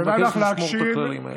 אני מבקש לשמור את הכללים האלה.